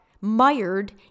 mired